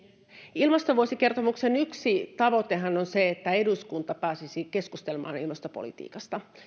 ilmastovuosikertomuksen yksi tavoitehan on se että eduskunta pääsisi keskustelemaan ilmastopolitiikasta